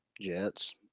Jets